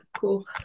Cool